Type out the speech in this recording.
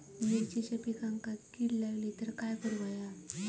मिरचीच्या पिकांक कीड लागली तर काय करुक होया?